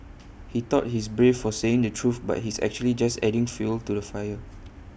he thought he's brave for saying the truth but he's actually just adding fuel to the fire